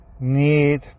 need